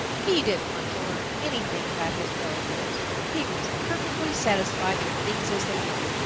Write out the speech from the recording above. he didn't want to learn anything about his relatives. he was perfectly satisfied with things as they were.